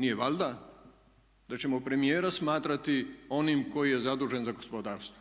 Nije valjda da ćemo premijera smatrati onim koji je zadužen za gospodarstvo?